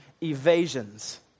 evasions